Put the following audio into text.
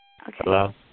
Hello